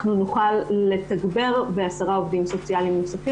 אנחנו נוכל לתגבר בעשרה עובדים נוספים.